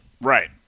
Right